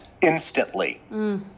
instantly